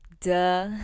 duh